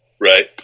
Right